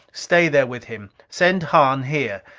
stay there with him. send hahn here.